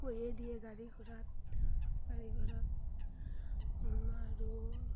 কৈয়ে দিয়ে গাড়ী গুৰাত গাড়ী গুৰাত আৰু